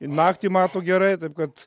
naktį mato gerai taip kad